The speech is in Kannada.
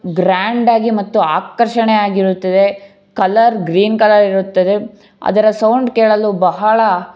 ಗ್ರ್ಯಾಂಡಾಗಿ ಮತ್ತು ಆಕರ್ಷಣೆಯಾಗಿರುತ್ತದೆ ಕಲರ್ ಗ್ರೀನ್ ಕಲರ್ ಇರುತ್ತದೆ ಅದರ ಸೌಂಡ್ ಕೇಳಲು ಬಹಳ